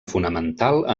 fonamental